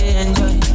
enjoy